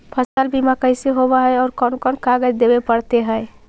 फसल बिमा कैसे होब है और कोन कोन कागज देबे पड़तै है?